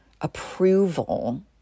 approval